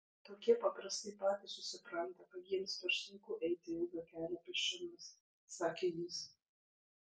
tokie paprastai patys susipranta kad jiems per sunku eiti ilgą kelią pėsčiomis sakė jis